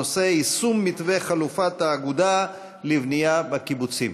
הנושא: יישום מתווה חלופת האגודה לבנייה בקיבוצים.